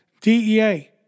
DEA